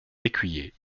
écuyer